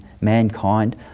mankind